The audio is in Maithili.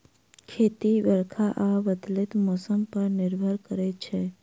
खेती बरखा आ बदलैत मौसम पर निर्भर करै छै